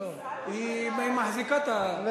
אני מאחל לך שתמשיכי למעלה,